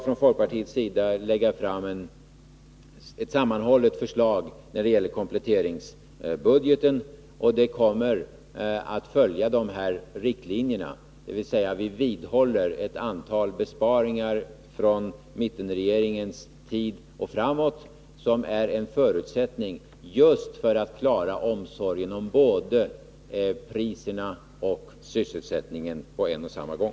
Folkpartiet skall lägga fram ett sammanhållet förslag när det gäller kompletteringsbudgeten. Det kommer att följa dessa riktlinjer, dvs. vi håller fast vid ett antal besparingar från mittenregeringens tid och framåt som en förutsättning för att samtidigt klara just omsorgen om både priserna och sysselsättningen.